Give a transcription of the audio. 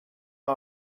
are